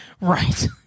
Right